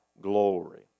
glory